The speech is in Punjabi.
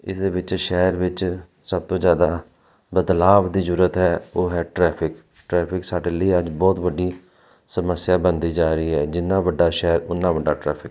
ਇਸ ਦੇ ਵਿੱਚ ਸ਼ਹਿਰ ਵਿੱਚ ਸਭ ਤੋਂ ਜ਼ਿਆਦਾ ਬਦਲਾਵ ਦੀ ਜ਼ਰੂਰਤ ਹੈ ਉਹ ਹੈ ਟਰੈਫਿਕ ਟਰੈਫਿਕ ਸਾਡੇ ਲਈ ਅੱਜ ਬਹੁਤ ਵੱਡੀ ਸਮੱਸਿਆ ਬਣਦੀ ਜਾ ਰਹੀ ਹੈ ਜਿੰਨਾ ਵੱਡਾ ਸ਼ਹਿਰ ਉੰਨਾਂ ਵੱਡਾ ਟ੍ਰੈਫਿਕ